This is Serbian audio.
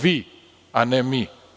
Vi, a ne mi.